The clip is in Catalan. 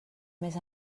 més